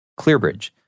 ClearBridge